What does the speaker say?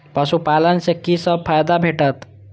पशु पालन सँ कि सब फायदा भेटत?